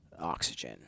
oxygen